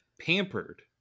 pampered